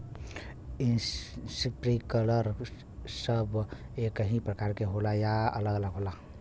Sprinkler सब एकही प्रकार के होला या अलग अलग होला?